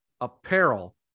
apparel